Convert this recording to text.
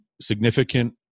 significant